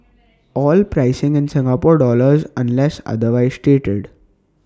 all pricing in Singapore dollars unless otherwise stated